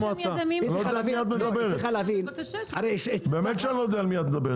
יש שם יזמים --- באמת שאני לא יודע על מי את מדברת.